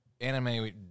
Anime